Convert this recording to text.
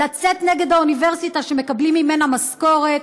לצאת נגד האוניברסיטה שמקבלים ממנה משכורת,